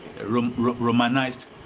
Romanized